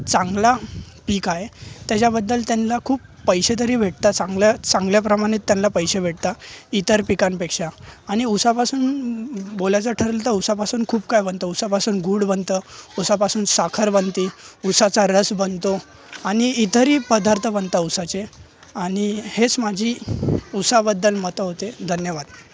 चांगला पीक आहे त्याच्याबद्दल त्यांला खूप पैसे तरी भेटता चांगल्याचांगल्या प्रमाणे त्यांला पैसे भेटता इतर पिकांपेक्षा आणि उसापासून बोलायचं ठरलं तर उसापासून खूप काय बनतं उसापासून गूळ बनतं उसापासून साखर बनती ऊसाचा रस बनतो आणि इतरही पदार्थ बनता उसाचे आणि हेस माझी उसाबद्दल मतं होते धन्यवाद